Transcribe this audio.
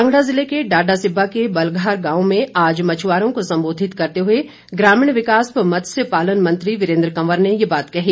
कांगड़ा जिले के डाडासीबा के वलघार गांव में आज मछआरों को संबोधित करते हुए ग्रामीण विकास व मत्स्य पालन मंत्री वीरेन्द्र कंवर ने ये बात कही